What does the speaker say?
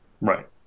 Right